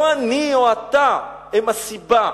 לא אני או אתה הם הסיבה,